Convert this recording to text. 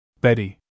Betty